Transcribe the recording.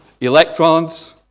electrons